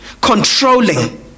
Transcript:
controlling